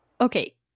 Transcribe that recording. Okay